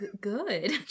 good